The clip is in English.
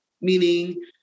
Meaning